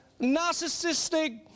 narcissistic